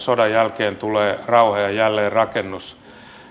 sodan jälkeen tulee rauha ja ja jälleenrakennus